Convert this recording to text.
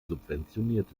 subventioniert